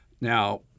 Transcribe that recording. Now—